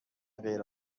غیر